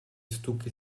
stucchi